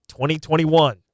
2021